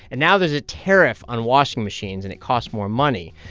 and now there's a tariff on washing machines, and it costs more money.